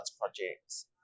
projects